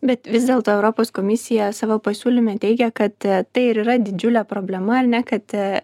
bet vis dėlto europos komisija savo pasiūlyme teigia kad tai ir yra didžiulė problema ar ne kad